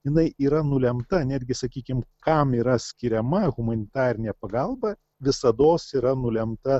jinai yra nulemta netgi sakykim kam yra skiriama humanitarinė pagalba visados yra nulemta